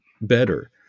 better